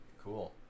Cool